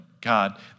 God